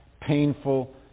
painful